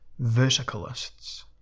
Verticalists